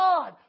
God